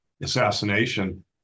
assassination